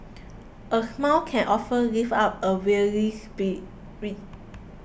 a smile can often lift up a weary spirit